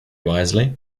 wisely